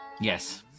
Yes